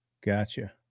Gotcha